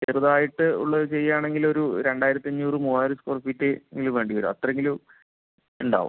ചെറുതായിട്ട് ഉള്ളത് ചെയ്യുവാണെങ്കിലൊരു രണ്ടായിരത്തഞ്ഞൂറു മൂവായിരം സ്ക്വയർഫീറ്റ് എങ്കിലും വേണ്ടി വരും അത്രയെങ്കിലും ഉണ്ടാവും